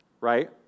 right